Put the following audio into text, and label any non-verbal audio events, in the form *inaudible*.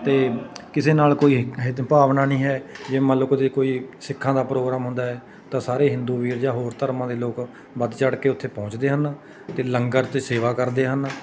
ਅਤੇ ਕਿਸੇ ਨਾਲ ਕੋਈ *unintelligible* ਭਾਵਨਾ ਨਹੀਂ ਹੈ ਜੇ ਮੰਨ ਲਓ ਕਦੇ ਕੋਈ ਸਿੱਖਾਂ ਦਾ ਪ੍ਰੋਗਰਾਮ ਹੁੰਦਾ ਹੈ ਤਾਂ ਸਾਰੇ ਹਿੰਦੂ ਵੀਰ ਜਾਂ ਹੋਰ ਧਰਮਾਂ ਦੇ ਲੋਕ ਵੱਧ ਚੜ ਕੇ ਉੱਥੇ ਪਹੁੰਚਦੇ ਹਨ ਅਤੇ ਲੰਗਰ 'ਚ ਸੇਵਾ ਕਰਦੇ ਹਨ